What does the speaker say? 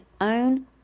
own